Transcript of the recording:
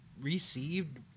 received